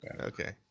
Okay